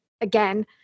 again